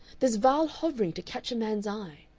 this vile hovering to catch a man's eye.